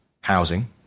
housing